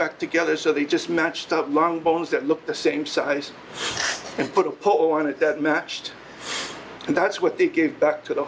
back together so they just matched up long bones that looked the same size and put a pole on it that matched and that's what they gave back to the